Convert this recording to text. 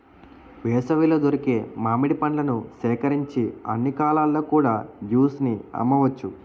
వేసవిలో దొరికే మామిడి పండ్లను సేకరించి అన్ని కాలాల్లో కూడా జ్యూస్ ని అమ్మవచ్చు